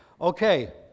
Okay